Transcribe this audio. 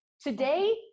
today